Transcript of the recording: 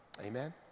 amen